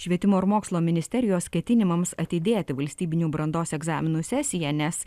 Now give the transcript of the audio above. švietimo ir mokslo ministerijos ketinimams atidėti valstybinių brandos egzaminų sesiją nes